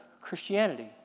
Christianity